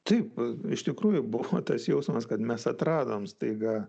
taip iš tikrųjų buvo tas jausmas kad mes atradom staiga